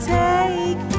take